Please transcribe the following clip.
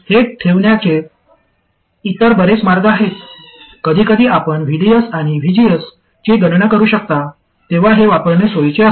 हे ठेवण्याचे इतर बरेच मार्ग आहेत कधीकधी आपण VDS आणि VGS ची गणना करू शकता तेव्हा हे वापरणे सोयीचे असते